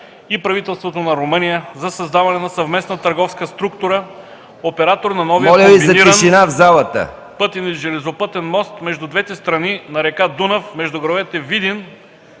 Моля Ви за тишина в залата!